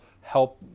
help